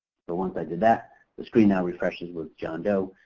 but once i did that the screen now refreshes with john doe,